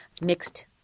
mixed